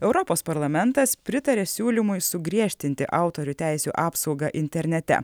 europos parlamentas pritarė siūlymui sugriežtinti autorių teisių apsaugą internete